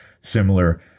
similar